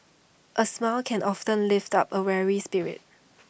A smile can often lift up A weary spirit